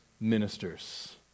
ministers